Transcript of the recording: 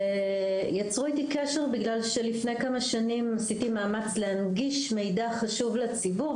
יצרו איתי קשר בגלל שלפני כמה שנים עשיתי מאמץ להנגיש מידע חשוב לציבור,